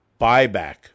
buyback